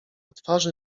twarzy